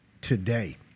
today